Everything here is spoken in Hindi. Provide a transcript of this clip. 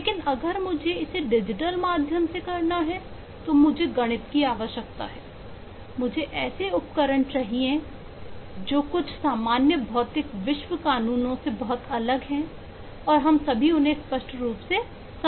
लेकिन अगर मुझे इसे डिजिटल माध्यम से करना है तो मुझे गणित की आवश्यकता है मुझे ऐसे उपकरण चाहिए जो हैं कुछ सामान्य भौतिक विश्व कानूनों से बहुत अलग हैं और और हम सभी उन्हें स्पष्ट रूप से नहीं समझते हैं